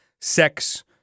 sex